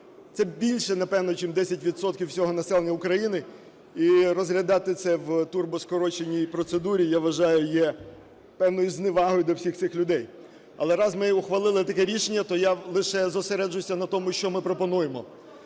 Це більше, напевно, чим 10 відсотків всього населення України, і розглядати це в турбоскороченій процедурі, я вважаю, є певною зневагою до всіх цих людей. Але раз ми ухвалили таке рішення, то я лише зосереджуся на тому, що ми пропонуємо.